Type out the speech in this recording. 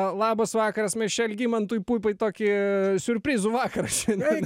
labas vakaras mes čia algimantui puipai tokį siurprizų vakarą šiandien